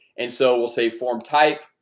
and so we'll say form type